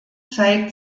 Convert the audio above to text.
zeigt